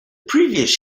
previous